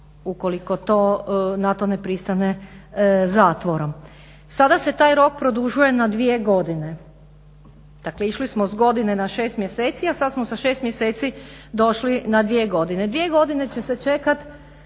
ukoliko to, na to ne pristane zatvorom. Sada se taj rok produžuje na dvije godinu, dakle išli smo s godine na 6 mjeseci a sad smo sa 6 mjeseci došli na dvije godine. Dvije godine će se čekati